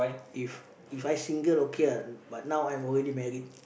if If I single okay ah but now I'm already married